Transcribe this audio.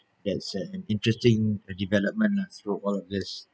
that's an interesting development lah through all of this